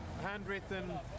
Handwritten